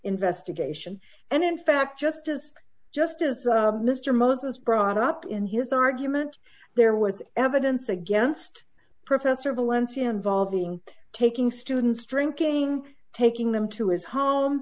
investigation and in fact justice just as mr moses brought up in his argument there was evidence against professor valencia involving taking students drinking taking them to his home